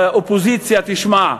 האופוזיציה תשמע.